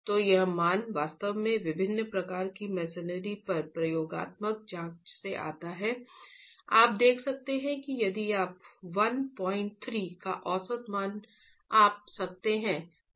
तो यह मान वास्तव में विभिन्न प्रकार की मसनरी पर प्रयोगात्मक जांच से आता है आप देख सकते हैं कि यदि आप 13 का औसत मान अपना सकते हैं